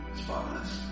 spotless